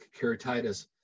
keratitis